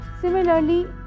Similarly